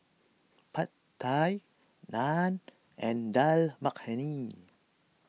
Pad Thai Naan and Dal Makhani